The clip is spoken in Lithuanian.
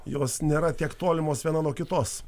jos nėra tiek tolimos viena nuo kitos